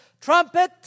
trumpet